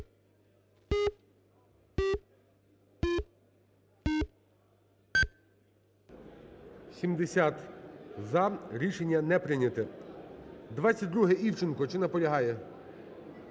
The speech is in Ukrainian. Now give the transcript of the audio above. За-70 Рішення не прийняте. 22-а. Івченко. Чи наполягає?